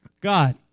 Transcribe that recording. God